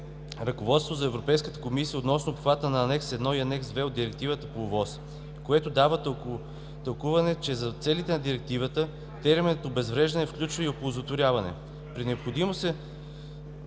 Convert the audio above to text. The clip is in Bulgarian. Ръководство на Европейската комисия относно обхвата на Анекс І и Анекс ІІ на Директивата по ОВОС, което дава тълкуване, че за целите на Директивата терминът „обезвреждане“ включва и „оползотворяване“.